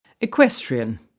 Equestrian